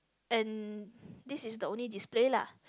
and this is the only display lah